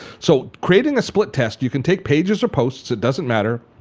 so creating a split test, you can take pages or posts, it doesn't matter,